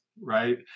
right